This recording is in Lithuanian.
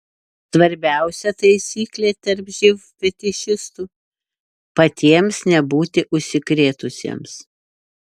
svarbiausia taisyklė tarp živ fetišistų patiems nebūti užsikrėtusiems